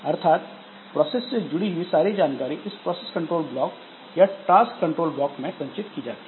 अर्थात प्रोसेस से जुड़ी हुई सारी जानकारी इस प्रोसेस कंट्रोल ब्लॉक या टास्क कंट्रोल ब्लॉक में संचित की जाती है